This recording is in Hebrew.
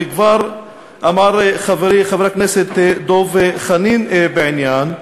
וכבר אמר חברי חבר הכנסת דב חנין בעניין,